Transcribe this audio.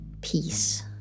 ...peace